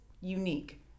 unique